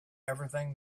everything